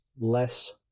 less